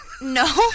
No